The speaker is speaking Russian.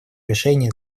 решения